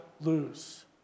lose